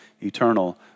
eternal